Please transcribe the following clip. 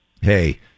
hey